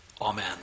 Amen